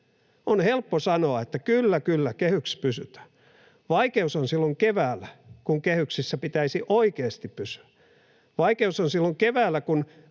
On helppo sanoa, että kyllä kyllä, kehyksissä pysytään. Vaikeus on silloin keväällä, kun kehyksissä pitäisi oikeasti pysyä. Vaikeus on silloin keväällä,